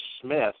Smith